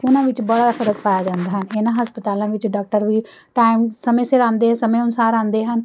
ਉਹਨਾਂ ਵਿੱਚ ਬੜਾ ਫ਼ਰਕ ਪਾਇਆ ਜਾਂਦਾ ਹੈ ਇਹਨਾਂ ਹਸਪਤਾਲਾਂ ਵਿੱਚ ਡਾਕਟਰ ਵੀ ਟਾਇਮ ਸਮੇਂ ਸਿਰ ਆਉਂਦੇ ਸਮੇਂ ਅਨੁਸਾਰ ਆਉਂਦੇ ਹਨ